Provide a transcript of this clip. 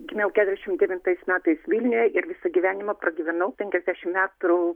gimiau keturiasdešimt devintais metais vilniuje ir visą gyvenimą pragyvenau penkiasdešimt metrų